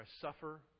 suffer